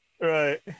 right